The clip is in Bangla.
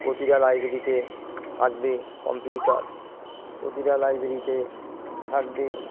প্রতিটা লাইব্রেরিতে থাকবে কম্পিউটার প্রতিটা লাইব্রেরিতে থাকবে